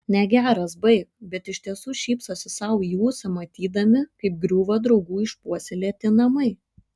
negeras baik bet iš tiesų šypsosi sau į ūsą matydami kaip griūva draugų išpuoselėti namai